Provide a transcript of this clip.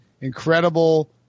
Incredible